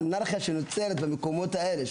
יש ממש אנרכיה שנוצרת במקומות האלה.